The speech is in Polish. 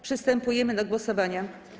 Przystępujemy do głosowania.